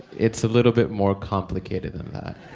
it's a little bit more complicated than